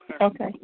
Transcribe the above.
Okay